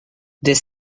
this